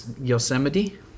Yosemite